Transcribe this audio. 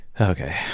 okay